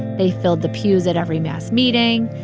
they filled the pews at every mass meeting,